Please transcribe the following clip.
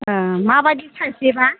माबायदि साइज बेबा